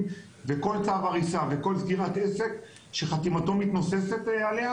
וכל צו הריסה וכל סגירת עסק שחתימתו מתנוססת עליה,